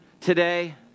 today